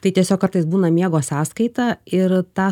tai tiesiog kartais būna miego sąskaita ir tą